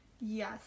Yes